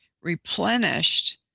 replenished